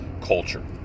culture